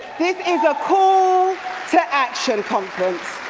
this is a call to action, conference!